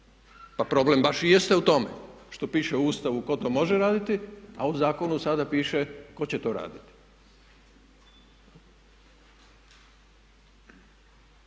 Pa problem baš i jeste u tome što piše u Ustavu tko to može raditi a u zakonu sada piše tko će to raditi.